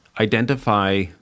identify